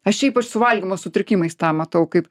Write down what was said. aš šiaip aš su valgymo sutrikimais tą matau kaip